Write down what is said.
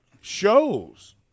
shows